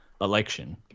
election